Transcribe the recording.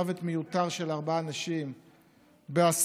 מוות מיותר של ארבעה אנשים באסון,